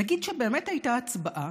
נגיד שבאמת הייתה הצבעה